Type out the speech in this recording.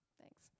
Thanks